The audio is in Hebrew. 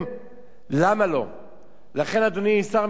לכן, אדוני שר המשפטים, הייתי מצפה ממך, באמת,